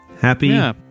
Happy